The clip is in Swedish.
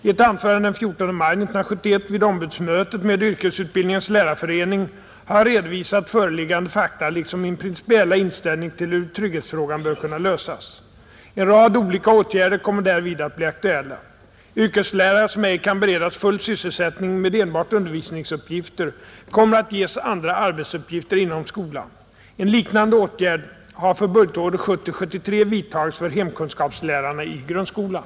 I ett anförande den 14 maj 1971 vid ombudsmötet med Yrkesutbildningens lärarförening har jag redovisat föreliggande fakta liksom min principiella inställning till hur trygghetsfrågan bör kunna lösas. En rad olika åtgärder kommer därvid att bli aktuella, Yrkeslärare som ej kan beredas full sysselsättning med enbart undervisningsuppgifter kommer att ges andra arbetsuppgifter inom skolan. En liknande åtgärd har för budgetåren